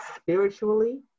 spiritually